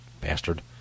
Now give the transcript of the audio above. Bastard